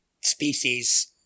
species